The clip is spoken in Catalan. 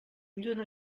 lluna